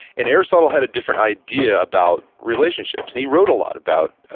and aristotle had a different idea about relationships, and he wrote a lot about,